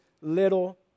little